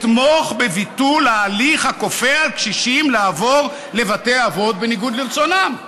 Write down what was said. אתמוך בביטול ההליך הכופה על קשישים לעבור לבתי אבות בניגוד לרצונם.